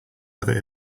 other